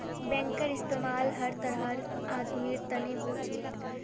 बैंकेर इस्तमाल हर तरहर आदमीर तने हो छेक